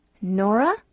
Nora